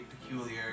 peculiar